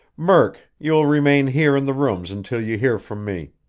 murk, you will remain here in the rooms until you hear from me.